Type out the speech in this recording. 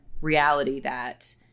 reality—that